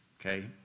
okay